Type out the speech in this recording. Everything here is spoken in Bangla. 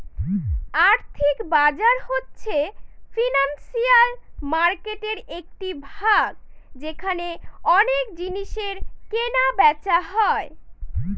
আর্থিক বাজার হচ্ছে ফিনান্সিয়াল মার্কেটের একটি ভাগ যেখানে অনেক জিনিসের কেনা বেচা হয়